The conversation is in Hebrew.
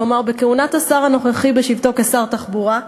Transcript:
כלומר בעת כהונת השר הנוכחי בשבתו כשר התחבורה,